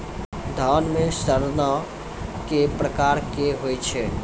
धान म सड़ना कै प्रकार के होय छै?